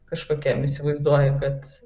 kažkokiam įsivaizduoji kad